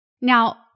Now